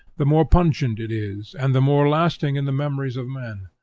the more pungent it is, and the more lasting in the memories of men